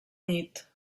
nit